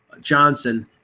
Johnson